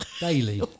Daily